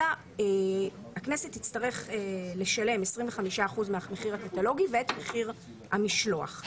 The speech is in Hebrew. אלא הכנסת תצטרך לשלם 25% מהמחיר הקטלוגי ואת מחיר המשלוח.